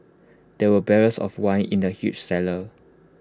there were barrels of wine in the huge cellar